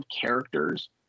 characters